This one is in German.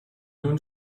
nun